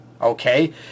Okay